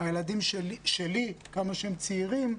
הילדים שלי, כמה שהם צעירים,